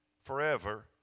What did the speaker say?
forever